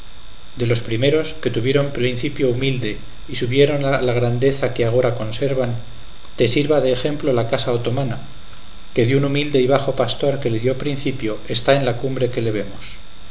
de los primeros que tuvieron principio humilde y subieron a la grandeza que agora conservan te sirva de ejemplo la casa otomana que de un humilde y bajo pastor que le dio principio está en la cumbre que le vemos